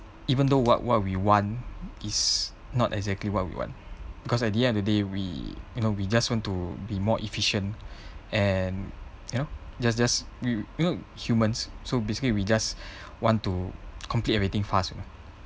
even though what what we want is not exactly what we want because at the end of the day we you know we just want to be more efficient and you know just just you you know humans so basically we just want to complete everything fast you know